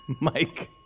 Mike